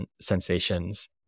sensations